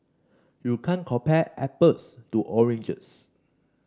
you can't compare apples to oranges